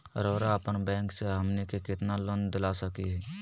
रउरा अपन बैंक से हमनी के कितना लोन दिला सकही?